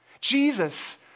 Jesus